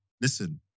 Listen